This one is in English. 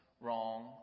wrong